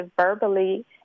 verbally